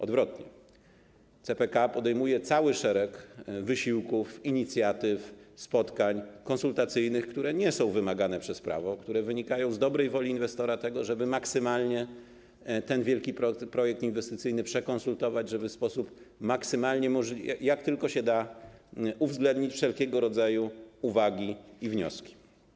Odwrotnie - CPK podejmuje cały szereg wysiłków, inicjatyw, spotkań konsultacyjnych, które nie są wymagane przez prawo, które wynikają z dobrej woli inwestora, po to, żeby maksymalnie ten wielki projekt inwestycyjny przekonsultować, żeby w sposób maksymalny, jak tylko się da, uwzględnić wszelkiego rodzaju uwagi i wnioski.